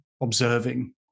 observing